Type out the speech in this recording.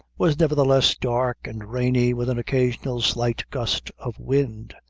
was nevertheless dark and rainy, with an occasional slight gust of wind,